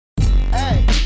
Hey